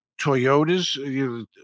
Toyotas